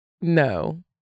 no